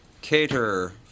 Cater